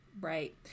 Right